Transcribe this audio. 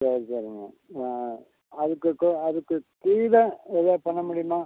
சரி சரிங்க நான் அதுக்கு கோ அதுக்கு கீழே எதாவது பண்ணமுடியுமா